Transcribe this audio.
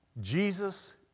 Jesus